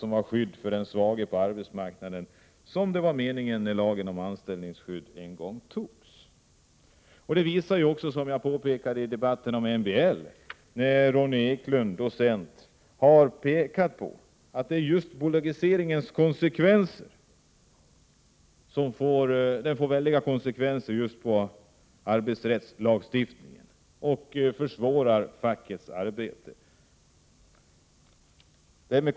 som skydd för de svaga på arbetsmarknaden som låg bakom när lagen en gång antogs. Som jag påpekade i debatten om MBL har ju docent Ronnie Eklund visat att bolagiseringen får väldiga konsekvenser på just arbetsrättslagstiftningens område och att fackets arbete försvåras.